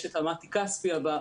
יש את ה-מתי כספי הבא,